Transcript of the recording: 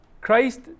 Christ